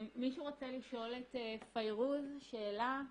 מישהו רוצה לשאול את פיירוז שאלה,